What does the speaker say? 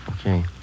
Okay